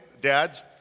dads